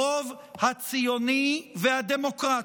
הרוב הציוני והדמוקרטי,